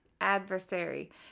adversary